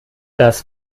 das